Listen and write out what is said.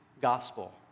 gospel